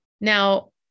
Now